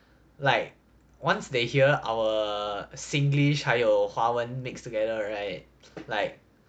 like once they hear our singlish 还有华文 mixed together right like